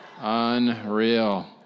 Unreal